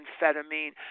amphetamine